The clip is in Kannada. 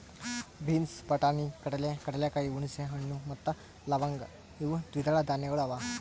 ಬೀನ್ಸ್, ಬಟಾಣಿ, ಕಡಲೆ, ಕಡಲೆಕಾಯಿ, ಹುಣಸೆ ಹಣ್ಣು ಮತ್ತ ಲವಂಗ್ ಇವು ದ್ವಿದಳ ಧಾನ್ಯಗಳು ಅವಾ